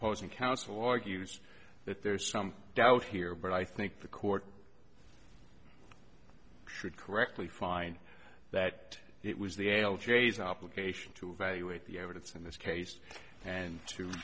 posen counsel argues that there is some doubt here but i think the court should correctly find that it was the ael j s obligation to evaluate the evidence in this case and to